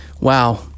wow